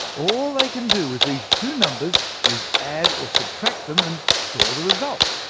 all they can do with these two numbers is add or subtract them, and store the result.